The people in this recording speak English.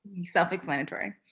self-explanatory